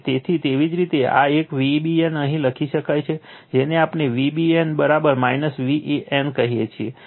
તેથી એવી જ રીતે આ એક Vbn અહીં લખી શકે છે જેને આપણે Vbn Vnb કહીએ છીએ